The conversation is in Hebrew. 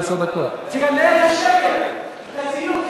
תגנה את השקר, את הזילות.